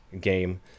game